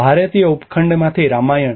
ભારતીય ઉપખંડમાંથી રામાયણ